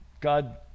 God